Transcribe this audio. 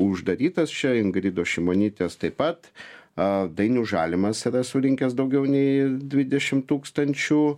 uždarytas čia ingridos šimonytės taip pat a dainius žalimas yra surinkęs daugiau nei dvidešim tūkstančių